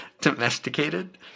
Domesticated